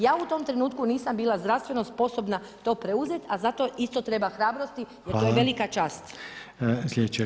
Ja u tom trenutku nisam bila zdravstveno sposobna ti preuzet a za to isto treba hrabrosti jer to je velika čast.